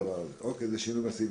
זה שינוי מאסיבי.